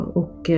och